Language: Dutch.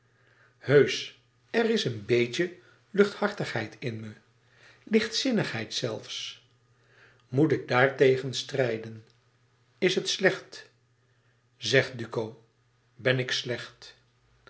heusch er is een beetje luchthartigheid in me lichtzinnigheid zelfs moet ik daar tegen strijden is het slecht zeg duco ben ik slecht